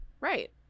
right